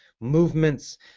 movements